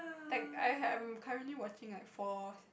tech~ I'm currently watching like four